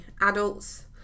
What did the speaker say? adults